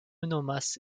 nomas